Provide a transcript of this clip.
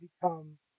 become